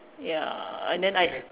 ya and then I